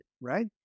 Right